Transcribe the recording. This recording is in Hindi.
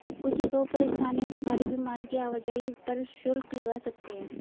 कुछ जगहों पर स्थानीय अधिकारी भी माल की आवाजाही पर शुल्क लगा सकते हैं